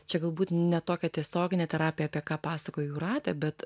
čia galbūt ne tokia tiesioginė terapija apie ką pasakojo jūratė bet